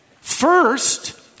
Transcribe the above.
First